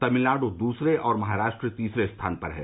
तमिलनाडु दूसरे और महाराष्ट्र तीसरे स्थान पर हैं